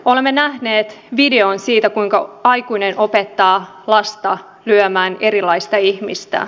olemme nähneet videon siitä kuinka aikuinen opettaa lasta lyömään erilaista ihmistä